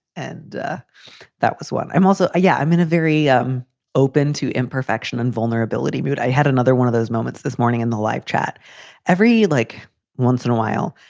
and that was one. i'm also yeah, i'm in a very um open to imperfection and vulnerability. but i had another one of those moments this morning in the live chat every like once in a while.